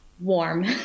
warm